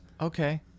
Okay